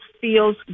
feels